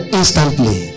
instantly